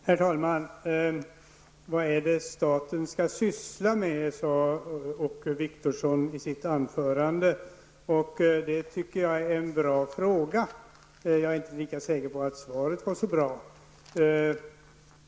Herr talman! Vad är det staten skall syssla med, frågade Åke Wictorsson i sitt anförande. Det tycker jag är en bra fråga. Jag är inte lika säker på att svaret var så bra.